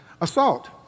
Assault